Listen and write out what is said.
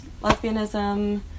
lesbianism